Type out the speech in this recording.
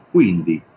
Quindi